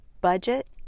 budget